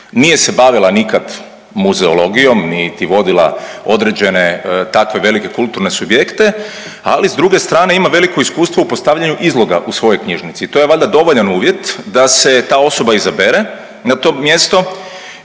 nije se bavila nikad muzeologijom niti vodila određene takve velike kulturne subjekte, ali s druge strane ima veliko iskustvo u postavljanju izloga u svojoj knjižnici i to je valjda dovoljan uvjet da se ta osoba izabere na to mjesto,